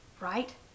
right